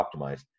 optimized